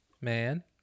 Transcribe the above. Man